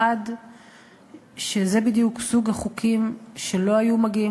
1. שזה בדיוק סוג החוקים שלא היו מגיעים